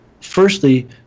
Firstly